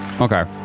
Okay